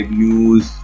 news